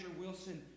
Wilson